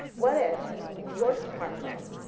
what if your smartphone,